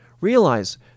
Realize